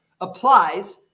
applies